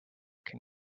can